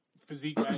Physique